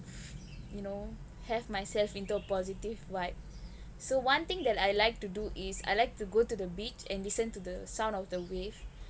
you know help myself into a positive vibe so one thing that I like to do is I like to go to the beach and listen to the sound of the wave